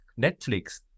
Netflix